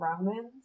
Romans